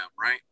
right